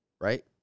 right